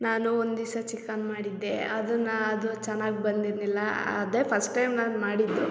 ನಾನು ಒಂದು ದಿವಸ ಚಿಕನ್ ಮಾಡಿದ್ದೆ ಅದನ್ನು ಅದು ಚೆನ್ನಾಗಿ ಬಂದಿರಲಿಲ್ಲ ಅದೇ ಫಸ್ಟ್ ಟೈಮ್ ನಾನು ಮಾಡಿದ್ದು